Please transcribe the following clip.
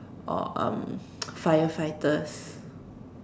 or um firefighters